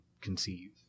conceive